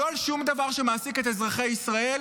לא על שום דבר שמעסיק את אזרחי ישראל.